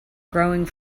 growing